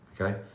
okay